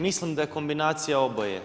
Mislim da je kombinacija oboje.